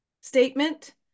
statement